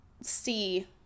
see